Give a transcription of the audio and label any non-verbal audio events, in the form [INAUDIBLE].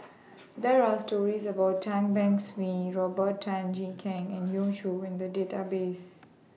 [NOISE] There Are stories about Tan Beng Swee Robert Tan Jee Keng and yon Choo in The Database